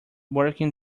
working